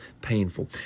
painful